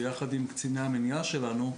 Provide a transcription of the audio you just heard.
יחד עם קציני המניעה שלנו,